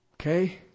Okay